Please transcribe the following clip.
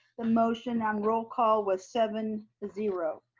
the motion on roll call was seven zero.